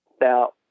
Now